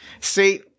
see